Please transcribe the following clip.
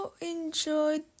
enjoyed